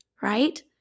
right